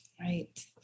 Right